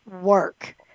work